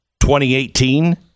2018